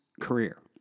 career